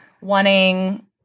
wanting